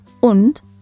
Und